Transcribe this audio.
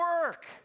work